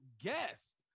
guest